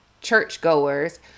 churchgoers